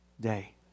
day